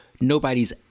nobody's